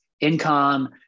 income